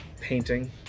painting